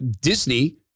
Disney